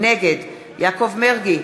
נגד יעקב מרגי,